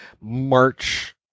March